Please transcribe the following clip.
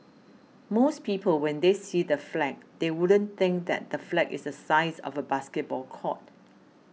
most people when they see the flag they wouldn't think that the flag is the size of a basketball court